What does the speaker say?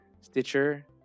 Stitcher